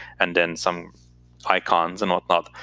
and then some icons and whatnot.